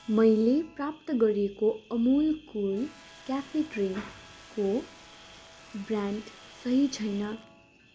मैले प्राप्त गरेको अमुल कुल क्याफे ड्रिङ्कको ब्रान्ड सही छैन